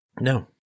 No